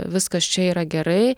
viskas čia yra gerai